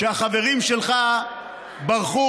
החברים שלך ברחו,